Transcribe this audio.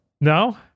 No